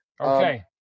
Okay